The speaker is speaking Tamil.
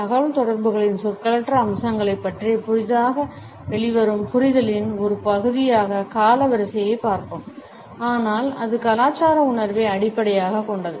தகவல்தொடர்புகளின் சொற்களற்ற அம்சங்களைப் பற்றிய புதிதாக வெளிவரும் புரிதலின் ஒரு பகுதியாக காலவரிசைகளைப் பார்த்தோம் ஆனால் அது கலாச்சார உணர்வை அடிப்படையாகக் கொண்டது